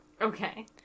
okay